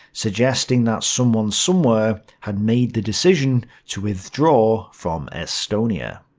suggesting that someone somewhere had made the decision to withdraw from estonia.